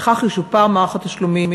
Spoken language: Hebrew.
וכך ישופר מערך התשלומים,